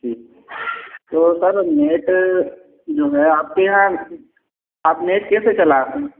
जी तो sir net जो है आपके यहाँ आप नेट कैसे चलाते हैं